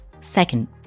Second